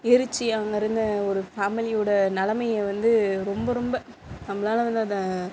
எரிச்சு அங்கே இருந்த ஒரு ஃபேமலியோட நிலைமைய வந்து ரொம்ப ரொம்ப நம்மளால வந்து அதை